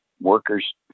workers